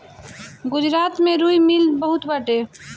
गुजरात में रुई मिल बहुते बाटे